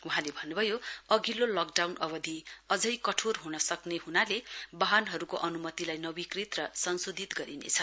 वहाँले भन्नुभयो अघिल्लो लकडाउन अवधि अझै कठोर हुन सक्ने हुनाले वाहनहरुको अनुमतिलाई नवीकृत र संशोधित गरिनेछ